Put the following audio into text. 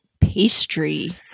pastry